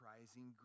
surprising